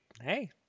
hey